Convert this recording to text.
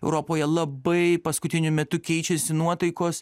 europoje labai paskutiniu metu keičiasi nuotaikos